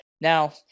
Now